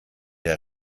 der